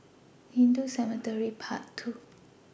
Hindu Cemetery Path two